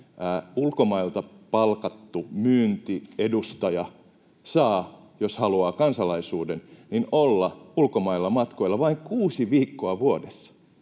ulkomailta palkattu myyntiedustaja saa, jos haluaa kansalaisuuden, olla ulkomailla matkoilla vain kuusi viikkoa vuodessa.